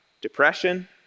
depression